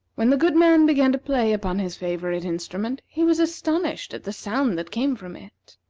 when the good man began to play upon his favorite instrument he was astonished at the sound that came from it.